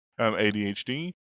ADHD